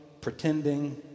pretending